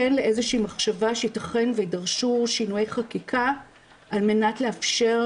כן לאיזו שהיא מחשבה שייתכן ויידרשו שינויי חקיקה על מנת לאפשר